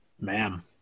ma'am